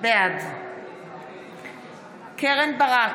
בעד קרן ברק,